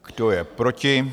Kdo je proti?